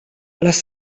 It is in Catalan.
les